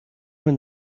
want